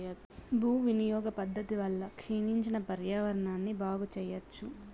భూ వినియోగ పద్ధతి వల్ల క్షీణించిన పర్యావరణాన్ని బాగు చెయ్యచ్చు